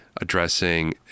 addressing